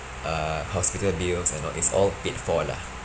uh hospital bills and all this all paid for lah